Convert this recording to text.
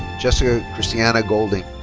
jessica christiana golding.